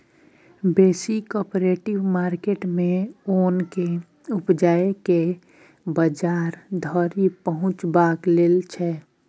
बेसी cooperative market मे ओन केँ उपजाए केँ बजार धरि पहुँचेबाक लेल छै